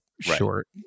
short